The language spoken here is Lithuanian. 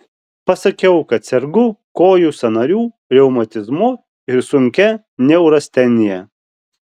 pasakiau kad sergu kojų sąnarių reumatizmu ir sunkia neurastenija